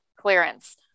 clearance